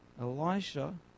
Elisha